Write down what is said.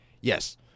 Yes